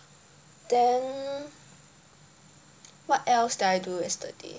then what else did I do yesterday